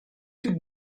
took